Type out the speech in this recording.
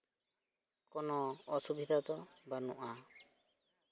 ᱠᱳᱱᱳ ᱚᱥᱩᱵᱤᱫᱷᱟ ᱫᱚ ᱵᱟᱹᱱᱩᱜᱼᱟ